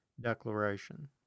Declaration